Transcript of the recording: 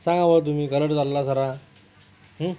सांगा बुवा तुम्ही चालला जरा